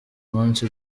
munsi